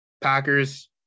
Packers